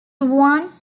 one